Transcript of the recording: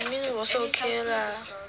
I mean 我是 okay lah